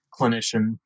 clinician